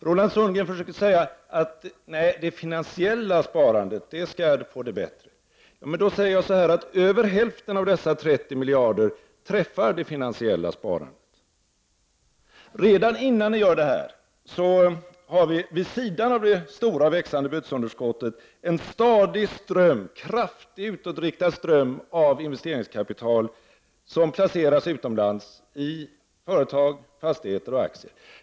Roland Sundgren säger att det finansiella sparandet skall få det bättre, men då säger jag att över hälften av dessa 30 miljarder träffar det finansiella sparandet. Redan innan ni gör det här har vi vid sidan av det stora växande bytesunderskottet en stadig ström, en kraftig utåtriktad ström av investeringskapital som placeras utomlands i företag, fastigheter och aktier.